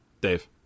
Dave